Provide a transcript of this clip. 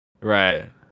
Right